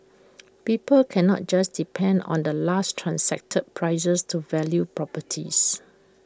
people cannot just depend on the last transacted prices to value properties